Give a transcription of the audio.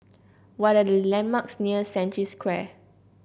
what are the landmarks near Century Square